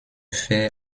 fer